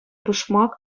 пушмак